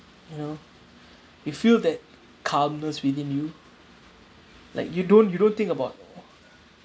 you know you feel that calmness within you like you don't you don't think about